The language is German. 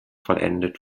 vollendet